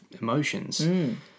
emotions